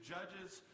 Judges